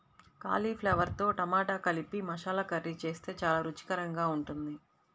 కాలీఫ్లవర్తో టమాటా కలిపి మసాలా కర్రీ చేస్తే చాలా రుచికరంగా ఉంటుంది